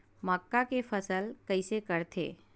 मक्का के फसल कइसे करथे?